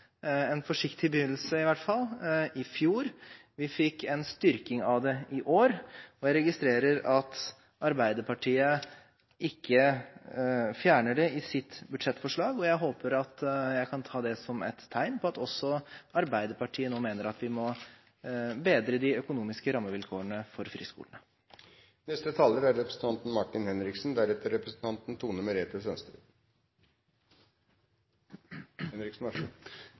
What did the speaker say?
en forsiktig begynnelse, i hvert fall – i fjor. Vi fikk en styrking av det i år. Jeg registrerer at Arbeiderpartiet ikke fjerner det i sitt budsjettforslag, og jeg håper at jeg kan ta det som et tegn på at også Arbeiderpartiet nå mener at vi må bedre de økonomiske rammevilkårene for friskolene. Det er et eksempel på såkalt kreativ sitatbruk når representanten